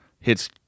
hits